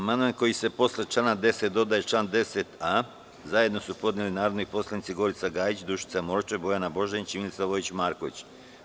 Amandman kojim se posle člana 10. dodaje član 10a zajedno su podnele narodni poslanici Gorica Gajić, Dušica Morčev, Bojana Božanić i Milica Vojić Marković.